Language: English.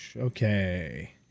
Okay